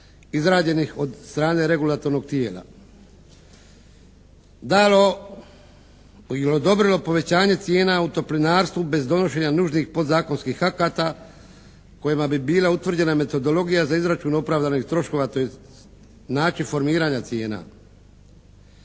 izgrađenih od strane regulatornog tijela, dalo ili odobrilo povećanje cijena autoplinarstvu bez donošenja nužnih podzakonskih akata kojima bi bila utvrđena metodologija za izračun opravdanih troškova, tj. način formiranja cijena?